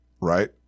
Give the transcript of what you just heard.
right